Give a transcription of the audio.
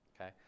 okay